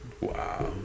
wow